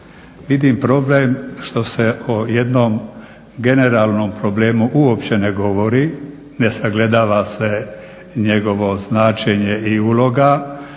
Vidim problem što se o jednom generalnom problemu uopće ne govori, ne sagledava se njegovo značenje i uloga,